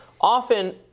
Often